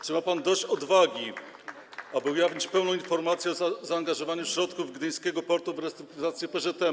Czy ma pan dość odwagi, aby ujawnić pełną informację o zaangażowaniu środków gdyńskiego portu w restrukturyzację PŻM?